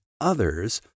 others